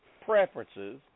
preferences